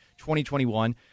2021